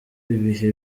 ibihe